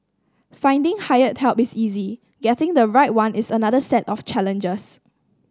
finding hired help is easy getting the right one is another set of challenges